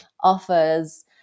offers